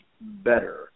better